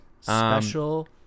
Special